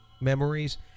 memories